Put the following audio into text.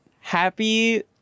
Happy